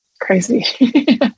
crazy